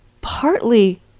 partly